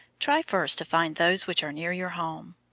try first to find those which are near your home.